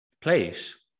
place